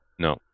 No